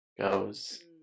goes